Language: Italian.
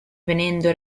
venendo